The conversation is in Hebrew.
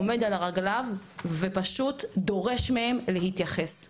עומד על רגליו ופשוט דורש מהם להתייחס.